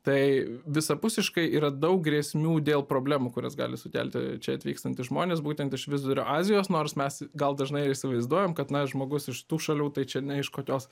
tai visapusiškai yra daug grėsmių dėl problemų kurias gali sukelti čia atvykstantys žmonės būtent iš vidurio azijos nors mes gal dažnai ir įsivaizduojam kad na žmogus iš tų šalių tai čia ne iš kokios